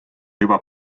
juba